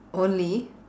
only